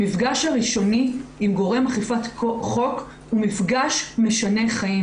המפגש הראשוני עם גורם אכיפת חוק הוא מפגש משנה חיים,